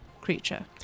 creature